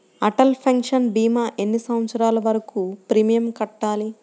Atal pension భీమా ఎన్ని సంవత్సరాలు వరకు ప్రీమియం కట్టాలి?